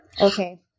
Okay